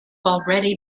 already